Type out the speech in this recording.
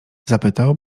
zapytał